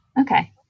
Okay